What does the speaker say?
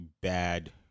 bad